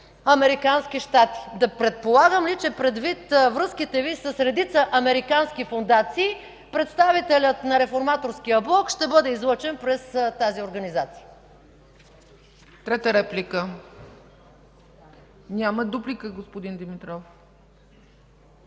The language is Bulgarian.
американски щати. Да предполагам ли, че предвид връзките Ви с редица американски фондации, представителят на Реформаторския блок ще бъде излъчен през тази организация? ПРЕДСЕДАТЕЛ ЦЕЦКА ЦАЧЕВА: Трета реплика? Няма. Дуплика – господин Димитров.